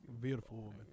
beautiful